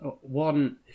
One